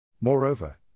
Moreover